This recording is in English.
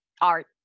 art